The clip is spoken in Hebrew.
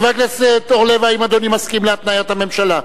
חבר הכנסת אורלב, האם אדוני מסכים להתניית הממשלה?